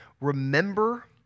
remember